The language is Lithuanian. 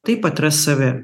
taip atras save